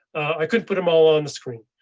i couldn't put em all on the screen,